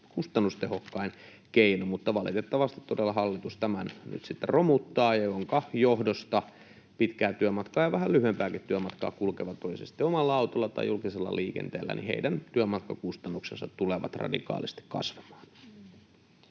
kustannustehokkain keino. Mutta valitettavasti todella hallitus tämän nyt sitten romuttaa, minkä johdosta pitkää työmatkaa ja vähän lyhyempääkin työmatkaa kulkevien — oli se sitten omalla autolla tai julkisella liikenteellä — työmatkakustannukset tulevat radikaalisti kasvamaan.